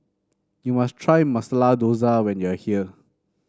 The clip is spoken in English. you must try Masala Dosa when you are here